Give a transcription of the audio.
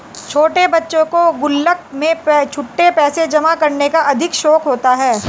छोटे बच्चों को गुल्लक में छुट्टे पैसे जमा करने का अधिक शौक होता है